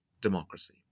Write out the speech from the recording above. democracy